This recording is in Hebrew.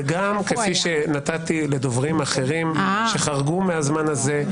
וגם כפי שנתתי לדוברים אחרים שחרגו מהזמן הזה,